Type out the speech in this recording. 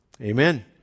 Amen